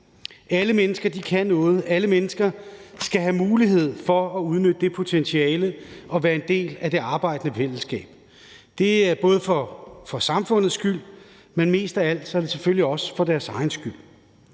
Alle mennesker kan noget, og alle mennesker skal have mulighed for at udnytte det potentiale og være en del af det arbejdende fællesskab, både for samfundets skyld, men mest af alt er det selvfølgelig for deres egen skyld.